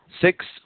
Six